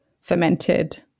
fermented